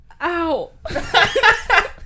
Ow